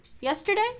Yesterday